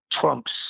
Trump's